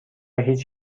هیچ